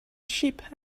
sheep